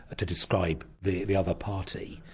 ah to describe the the other party.